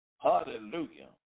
Hallelujah